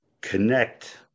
connect